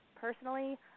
personally